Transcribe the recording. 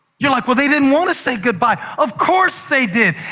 you're like, well, they didn't want to say goodbye. of course they did.